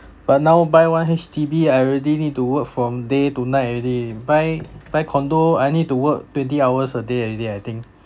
but now buy one H_D_B I already need to work from day to night already buy buy condo I need to work twenty hours a day already I think